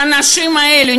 שהאנשים האלה,